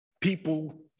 people